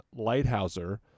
Lighthouser